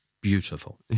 beautiful